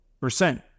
percent